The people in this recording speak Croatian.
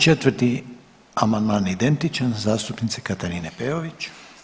54. amandman identičan zastupnice Katarine Peović.